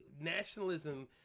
Nationalism